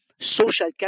social